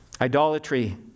Idolatry